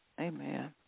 Amen